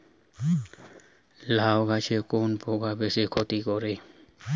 লাউ গাছে কোন পোকা বেশি ক্ষতি করে?